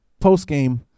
postgame